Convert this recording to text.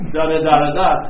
Da-da-da-da-da